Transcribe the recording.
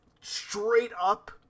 straight-up